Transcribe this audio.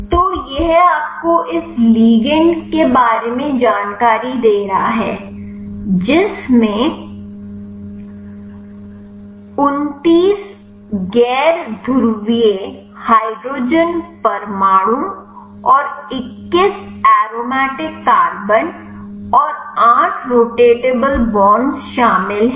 तो यह आपको इस लिगंड के बारे में जानकारी दे रहा है जिसमें 29 गैर ध्रुवीय हाइड्रोजन परमाणु और 21 एरोमेटिक कार्बन और 8 रोटेटेबल बॉन्ड्स शामिल हैं